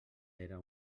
era